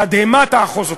תדהמה תאחוז אותך: